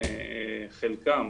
חלקם.